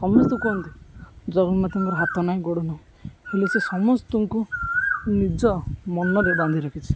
ସମସ୍ତେ କୁହନ୍ତି ଜଗନ୍ନାଥଙ୍କର ହାତ ନାହିଁ ଗୋଡ଼ ନାହିଁ ହେଲେ ସେ ସମସ୍ତଙ୍କୁ ନିଜ ମନରେ ବାନ୍ଧି ରଖିଛି